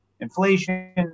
Inflation